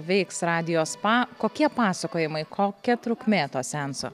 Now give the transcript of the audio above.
veiks radijo spa kokie pasakojimai kokia trukmė to seanso